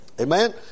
Amen